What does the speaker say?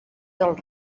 del